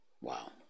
wow